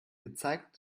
gezeigt